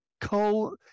Coal